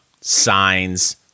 signs